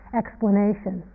explanation